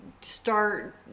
start